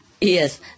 Yes